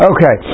Okay